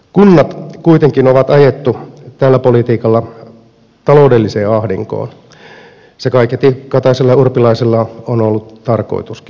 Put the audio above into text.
kunnat kuitenkin on ajettu tällä politiikalla taloudelliseen ahdinkoon se kaiketi kataisella ja urpilaisella on ollut tarkoituskin